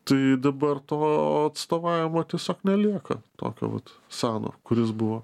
tai dabar to atstovavimo tiesiog nelieka tokio vat seno kuris buvo